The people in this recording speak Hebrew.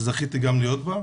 שזכיתי גם להיות בה,